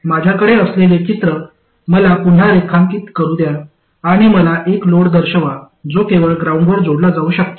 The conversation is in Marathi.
माझ्याकडे असलेले चित्र मला पुन्हा रेखांकित करू द्या आणि मला एक लोड दर्शवा जो केवळ ग्राउंडवर जोडला जाऊ शकतो